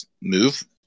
move